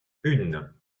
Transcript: une